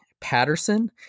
Patterson